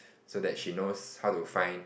so that she knows how to find